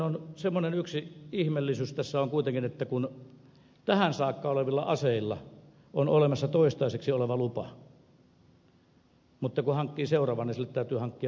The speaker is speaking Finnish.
yksi semmoinen ihmeellisyys tässä on kuitenkin että tähän saakka olevilla aseilla on olemassa toistaiseksi voimassa oleva lupa mutta kun hankkii seuraavan sille täytyy hankkia lääkärintodistus